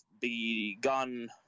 begun